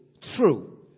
true